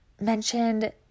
mentioned